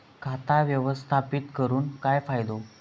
खाता व्यवस्थापित करून काय फायदो?